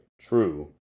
True